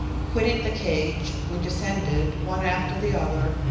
quitting the cage, we descended, one after the other,